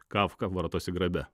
kafka vartosi grabe